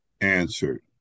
answered